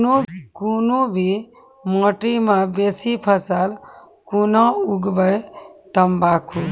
कूनू भी माटि मे बेसी फसल कूना उगैबै, बताबू?